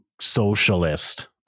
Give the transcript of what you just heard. socialist